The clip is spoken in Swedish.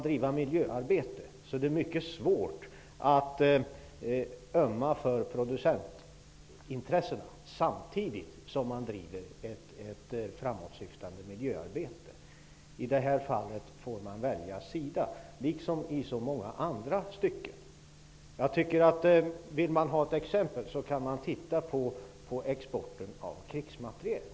Det är mycket svårt att ömma för producentintressena samtidigt som man driver ett framåtsyftande miljöarbete. I det här fallet får man välja sida, liksom i så många andra fall. Om man vill ha ett exempel kan man titta på exporten av krigsmateriel.